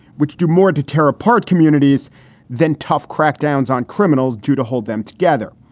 which do more to tear apart communities than tough crackdowns on criminals due to hold them together.